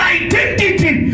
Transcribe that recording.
identity